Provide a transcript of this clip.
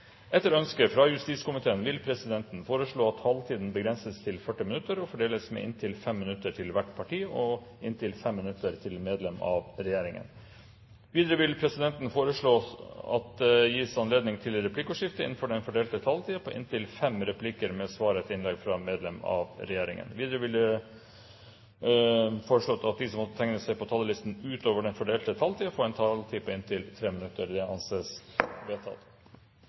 Etter ønske fra justiskomiteen vil presidenten foreslå at taletiden begrenses til 40 minutter og fordeles med inntil 5 minutter til hvert parti og inntil 5 minutter til medlem av regjeringen. Videre vil presidenten foreslå at det gis anledning til replikkordskifte innenfor den fordelte taletid på inntil fem replikker med svar etter innlegg fra medlem av regjeringen. Videre blir det foreslått at de som måtte tegne seg på talerlisten utover den fordelte taletiden, får en taletid på inntil 3 minutter. – Det anses vedtatt.